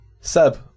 Seb